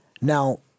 now